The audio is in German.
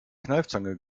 kneifzange